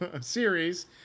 series